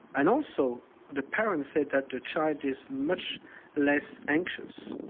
and also the parents say that the child is much less anxious.